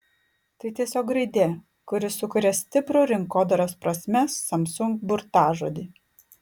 tai tiesiog raidė kuri sukuria stiprų rinkodaros prasme samsung burtažodį